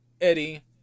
Eddie